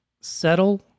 settle